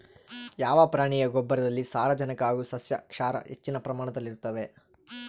ಯಾವ ಪ್ರಾಣಿಯ ಗೊಬ್ಬರದಲ್ಲಿ ಸಾರಜನಕ ಹಾಗೂ ಸಸ್ಯಕ್ಷಾರ ಹೆಚ್ಚಿನ ಪ್ರಮಾಣದಲ್ಲಿರುತ್ತದೆ?